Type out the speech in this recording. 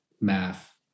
math